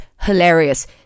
hilarious